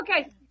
Okay